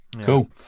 Cool